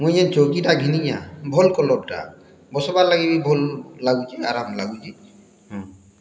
ମୁଇଁ ଜେନ୍ ଚୌକିଟା ଘିନିଚେଁ ଭଲ୍ କଲର୍ଟା ବସ୍ବାର୍ ଲାଗି ବି ଭଲ୍ ଲାଗୁଛେ ଆରାମ୍ ଲାଗୁଛେ ହଁ